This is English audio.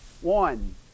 One